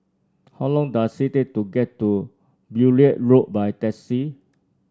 how long does it take to get to Beaulieu Road by taxi